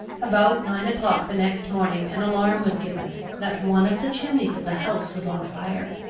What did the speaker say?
about nine o'clock the next morning an alarm was given, that one of the chimneys of the house was on fire.